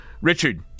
Richard